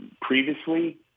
previously